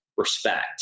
Respect